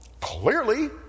Clearly